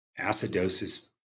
acidosis